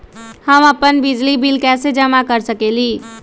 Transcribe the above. हम अपन बिजली बिल कैसे जमा कर सकेली?